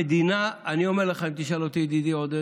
אם תשאל אותי, ידידי עודד,